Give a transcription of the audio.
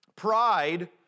Pride